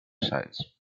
sides